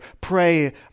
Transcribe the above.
pray